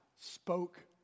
spoke